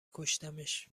کشتمش